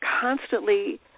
constantly